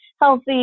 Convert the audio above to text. healthy